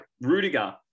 rudiger